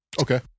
Okay